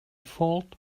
fault